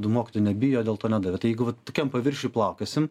mokytojų nebijo dėl to nedavė tai jeigu vat tokiam paviršiuj plaukiosim